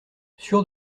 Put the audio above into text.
sûr